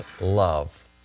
love